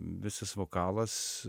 visas vokalas